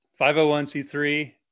501c3